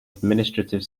administrative